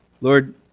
Lord